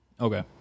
Okay